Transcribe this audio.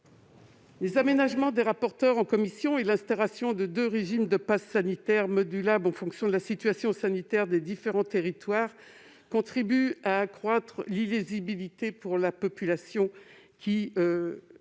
Les aménagements des rapporteurs en commission et l'instauration de deux régimes de passe sanitaire modulables en fonction de la situation sanitaire des différents territoires contribueraient à accroître l'illisibilité pour la population, qui déjà ne comprend